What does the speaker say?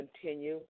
continue